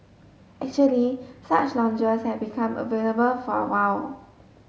actually such lounges have been available for a while